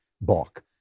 balk